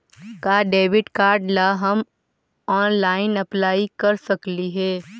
का debit card ला हम ऑनलाइन अप्लाई कर सकली हे?